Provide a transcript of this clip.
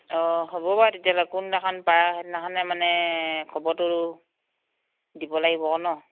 অ হ'ব বাৰু তেতিয়াহ'লে কোনদিনাখন পাৰা সেইদিনাখনেই মানে খবৰটো দিব লাগিব ন'